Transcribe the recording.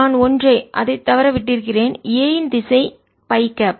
நான் ஒன்றை அதை தவற விட்டிருக்கிறேன் A இன் திசை பை கேப்